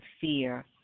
fear